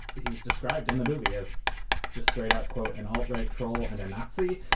he was described in the movie as just straight up, quote, an outright troll and a nazi.